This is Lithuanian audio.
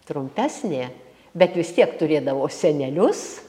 trumpesnė bet vis tiek turėdavo senelius